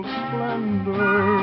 splendor